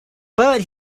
but